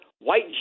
white